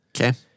Okay